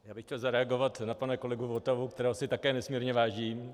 Já bych chtěl zareagovat na pana kolegu Votavu, kterého si také nesmírně vážím.